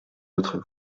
autres